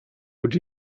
would